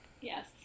Yes